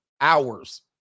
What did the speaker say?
hours